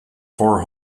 four